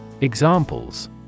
Examples